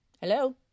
Hello